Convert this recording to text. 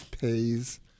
pays